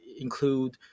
include